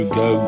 go